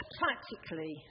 practically